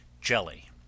Jelly